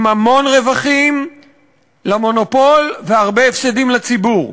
עם המון רווחים למונופול והרבה הפסדים לציבור,